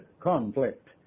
conflict